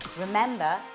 Remember